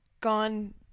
gone